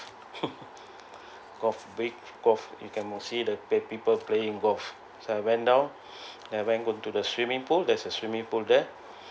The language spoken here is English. golf big golf you can mostly the people where playing golf so I went down I went go into the swimming pool there's a swimming pool there